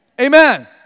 Amen